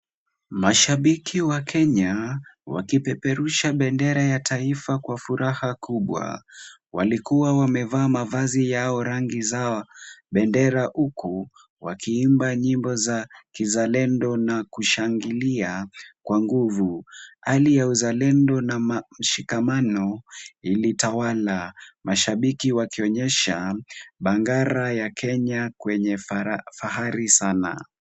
Mashabiki wa Kenya, wakipeperusha bendera ya taifa kwa furaha kubwa. Walikuwa wamevaa mavazi yao rangi za bendera huku wakiimba nyimbo za kizalendo na kushangilia kwa nguvu. Hali ya uzalendo na mashikamano ilitawala, mashabiki wakionyesha bendera ya Kenya kwenye fahari sana.